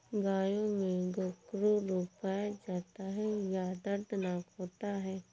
गायों में गोखरू रोग पाया जाता है जो दर्दनाक होता है